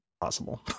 possible